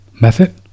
method